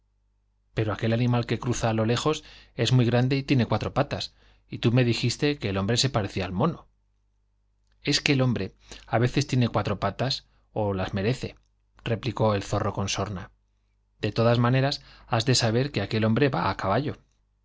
pero aquel animal que á lo cruza lejos es muy grande y tiene cuatro patas y tú me dijiste que el hombre se parecía al mono es que el hombre á veces tiene cuatro ó patas las merece replicó el zorro con sorna de todas maneras has de saber que aquel hombre va á caballo